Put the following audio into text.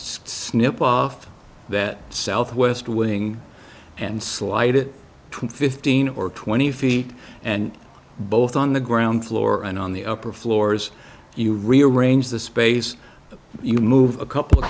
snip off that south west wing and slide it to fifteen or twenty feet and both on the ground floor and on the upper floors you rearrange the space you move a couple